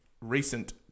recent